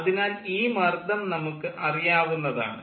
അതിനാൽ ഈ മർദ്ദം നമുക്ക് അറിയാവുന്നതാണ്